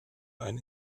ein